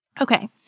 Okay